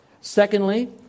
Secondly